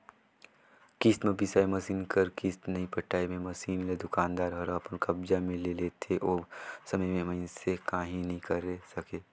किस्ती म बिसाए मसीन कर किस्त नइ पटाए मे मसीन ल दुकानदार हर अपन कब्जा मे ले लेथे ओ समे में मइनसे काहीं नी करे सकें